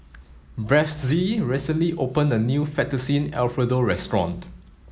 Bethzy recently opened a new Fettuccine Alfredo restaurant